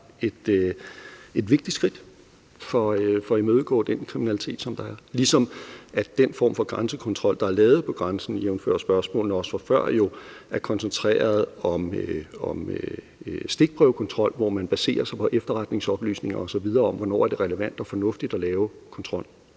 et vigtigt skridt for at imødegå den kriminalitet, som der er, ligesom den form for grænsekontrol, der er lavet på grænsen, jævnfør også spørgsmålene fra før, er koncentreret om stikprøvekontrol, hvor man baserer sig på efterretningsoplysninger osv. om, hvornår det er relevant og fornuftigt at lave kontrol.